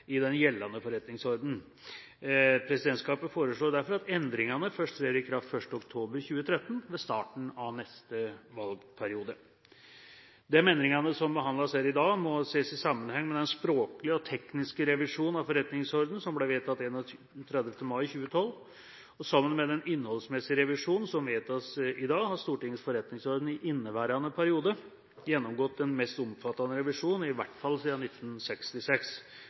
i den gjeldende forretningsordenen. Presidentskapet foreslår derfor at endringene først trer i kraft 1. oktober 2013, ved starten av neste valgperiode. De endringene som behandles her i dag, må ses i sammenheng med den språklige og tekniske revisjonen av forretningsordenen, som ble vedtatt 7. juni 2012. Sammen med den innholdsmessige revisjonen, som vedtas i dag, har Stortingets forretningsorden i inneværende periode gjennomgått den mest omfattende revisjonen siden 1966, i hvert fall